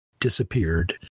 disappeared